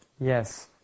Yes